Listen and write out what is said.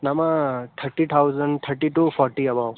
नाम thirty thousand thirty two फ़ोट्रि अबौ